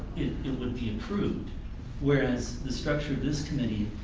it would be approved whereas the structure of this committee